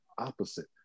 opposite